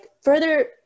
further